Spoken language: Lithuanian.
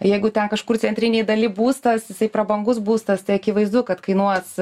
jeigu ten kažkur centrinėj daly būstas jisai prabangus būstas tai akivaizdu kad kainuos